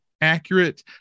accurate